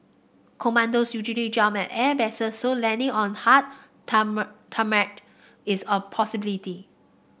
commandos usually jump at airbases so landing on the hard tarmac is a possibility